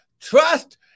trust